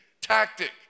tactic